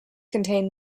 contain